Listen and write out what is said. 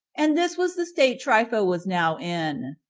and this was the state trypho was now in.